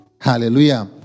hallelujah